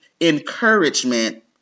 encouragement